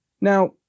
Now